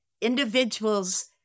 individuals